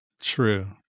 True